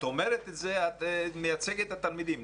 את אומרת את זה, מייצגת את התלמידים.